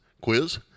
Quiz